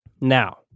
Now